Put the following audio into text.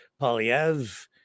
Polyev